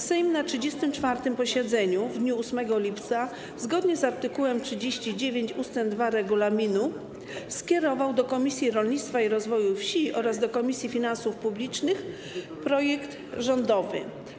Sejm na 34. posiedzeniu w dniu 8 lipca zgodnie z art. 39 ust. 2 regulaminu skierował do Komisji Rolnictwa i Rozwoju Wsi oraz do Komisji Finansów Publicznych projekt rządowy.